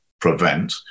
PREVENT